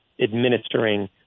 administering